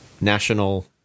national